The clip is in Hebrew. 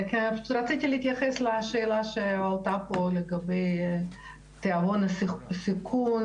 רציתי להתייחס לשאלה שעלתה פה לגבי תיאבון הסיכון,